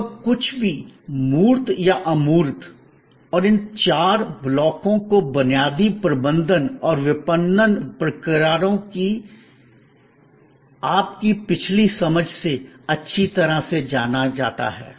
लगभग कुछ भी मूर्त या अमूर्त और इन चार ब्लॉकों को बुनियादी प्रबंधन और विपणन प्रक्रियाओं की आपकी पिछली समझ से अच्छी तरह से जाना जाता है